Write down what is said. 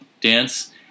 dance